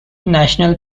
national